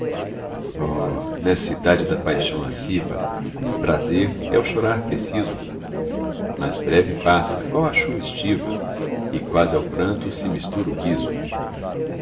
oh nessa idade da paixão lasciva como o prazer é o chorar preciso mas breve passa qual a chuva estiva e quase ao pranto se mistura o riso